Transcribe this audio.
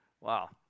Wow